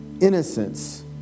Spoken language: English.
innocence